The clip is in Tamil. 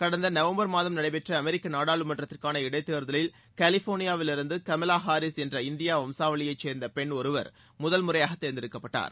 கடந்த நவம்பர் மாதம் நடைபெற்ற அமெரிக்க நாடாளுமன்றத்திற்கான இடைத் தேர்தலில் கலிஃபோர்னியாவிலிருந்து கமலா ஹாரீஸ் என்ற இந்திய வம்சாவளியை சேர்ந்த பெண் ஒருவர் முதல் முறையாக தேர்ந்தெடுக்கப்பட்டர்